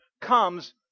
comes